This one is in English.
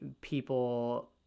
people